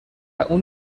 اون